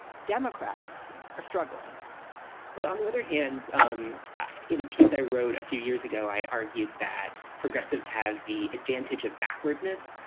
democrats are struggling but on the other hand, um in a piece i wrote a few years ago, i argued that progressives have the advantage of backwardness.